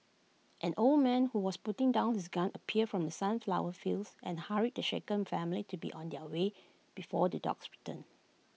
an old man who was putting down his gun appeared from the sunflower fields and hurried the shaken family to be on their way before the dogs return